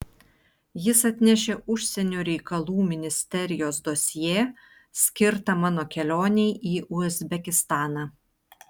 jis atnešė užsienio reikalų ministerijos dosjė skirtą mano kelionei į uzbekistaną